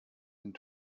sind